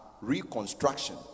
reconstruction